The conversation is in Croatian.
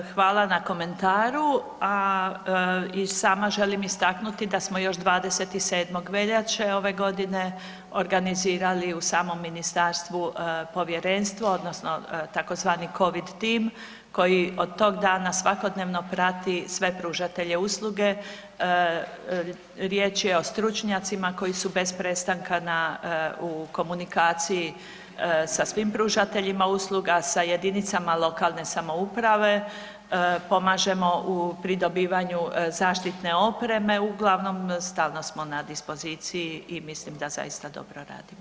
Ma evo, hvala na komentaru, a i sama želim istaknuti da smo još 27. veljače ove godine organizirali u samom ministarstvu povjerenstvo odnosno tzv. Covid tim koji od tog dana svakodnevno prati sve pružatelje usluge, riječ je o stručnjacima koji su bez prestanka na u komunikaciji sa svim pružateljima usluga, sa jedinicama lokalne samouprave, pomažemo pri dobivanju zaštitne opreme uglavnom, stalno smo na dispoziciji i mislim da zaista dobro radimo.